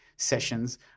Sessions